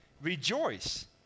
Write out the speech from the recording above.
Rejoice